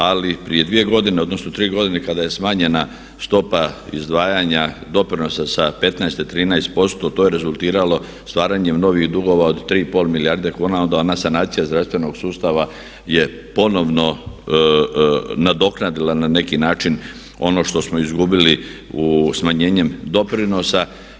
Ali prije 2 godine odnosno 3 godine kada je smanjena stopa izdvajanja doprinos sa 15 na 13% to je rezultiralo stvaranjem novih dugova od 3,5 milijarde kuna, onda ona sanacija zdravstvenog sustava je ponovno nadoknadila na neki način ono što smo izgubili smanjenjem doprinosa.